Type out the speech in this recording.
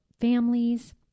families